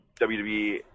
WWE